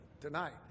tonight